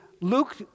Luke